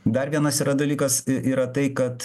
dar vienas yra dalykas yra tai kad